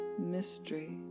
mystery